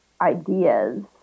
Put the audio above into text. ideas